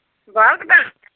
बाल कटाने